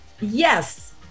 Yes